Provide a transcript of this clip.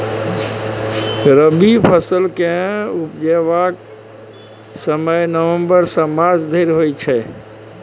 रबी फसल केँ उपजेबाक समय नबंबर सँ मार्च धरि होइ छै